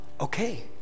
Okay